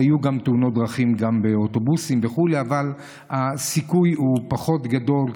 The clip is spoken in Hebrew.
היו תאונות דרכים גם באוטובוסים וכו' אבל הסיכוי הוא פחות גדול.